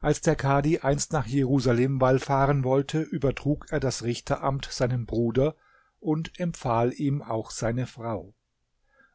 als der kadhi einst nach jerusalem wallfahren wollte übertrug er das richteramt seinem bruder und empfahl ihm auch seine frau